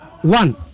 one